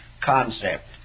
concept